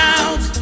out